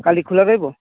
କାଲି ଖୋଲା ରହିବ